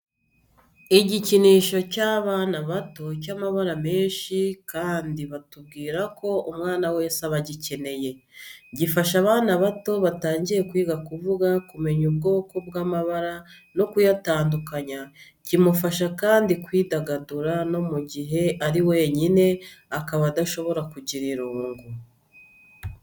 Igikinisho cy’abana bato cy'amabara menshi kandi kandi batubwira ko umwana wese aba agikeneye. Gifasha abana bato batangiye kwiga kuvuga, kumenya ubwoko bw'amabara no kuyatandukanya. Kimufasha kandi kwidagadura no mu gihe ari wenyine akaba adashobora kugira irungu.